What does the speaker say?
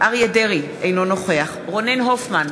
אריה דרעי, אינו נוכח רונן הופמן,